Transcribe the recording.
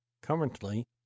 currently